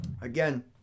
Again